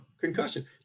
concussion